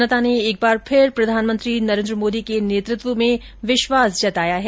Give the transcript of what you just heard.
जनता ने एक बार फिर प्रधानमंत्री नरेन्द्र मोदी के नेतृत्व में विश्वास जताया है